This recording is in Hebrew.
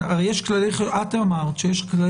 את אמרת שיש כמה